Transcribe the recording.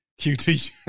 QT